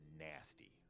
nasty